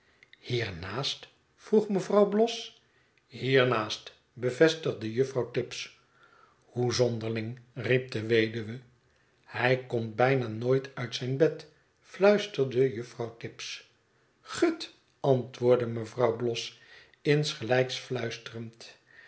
naast vroeg mevrouw bloss hier naast bevestigde juffrouw tibbs hoe zonderling riep de weduwe hij komt bijna nooit uit zijn bed fluisterde juffrouw tibbs gut antwoordde mevrouw bloss insgelijks fluisterend